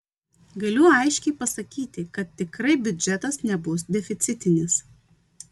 galiu aiškiai pasakyti kad tikrai biudžetas nebus deficitinis